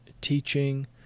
teaching